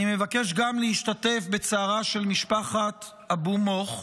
אני מבקש גם להשתתף בצערה של משפחת אבו מוך.